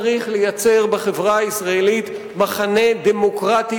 צריך לייצר בחברה הישראלית מחנה דמוקרטי